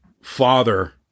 father